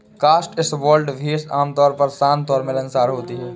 Cotswold भेड़ आमतौर पर शांत और मिलनसार होती हैं